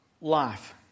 life